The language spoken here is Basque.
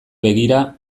begira